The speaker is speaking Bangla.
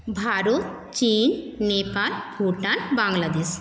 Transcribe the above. ভারত চিন নেপাল ভুটান বাংলাদেশ